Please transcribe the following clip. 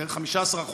בערך 15%,